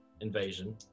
invasion